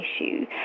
issue